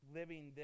living